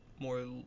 More